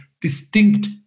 distinct